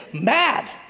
mad